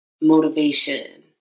motivation